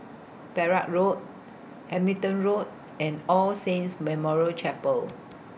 Perak Road Hamilton Road and All Saints Memorial Chapel